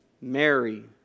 Mary